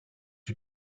you